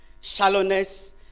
shallowness